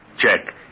Check